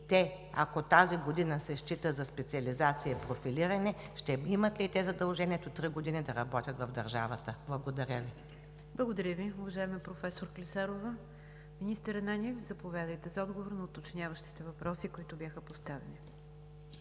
и ако тази година се счита за специализация, профилиране, ще имат ли задължението три години да работят в държавата? ПРЕДСЕДАТЕЛ НИГЯР ДЖАФЕР: Благодаря Ви, уважаема професор Клисарова. Министър Ананиев, заповядайте за отговор на уточняващите въпроси, които бяха поставени.